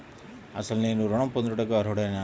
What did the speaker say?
అసలు నేను ఋణం పొందుటకు అర్హుడనేన?